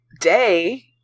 day